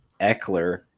eckler